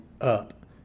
up